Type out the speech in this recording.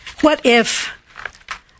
what-if